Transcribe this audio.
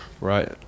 right